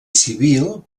civil